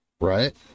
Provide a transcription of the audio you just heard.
Right